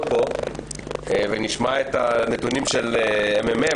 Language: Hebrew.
פה ונשמע את הנתונים של מרכז המחקר והמידע של הכנסת,